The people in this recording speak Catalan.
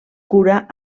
cura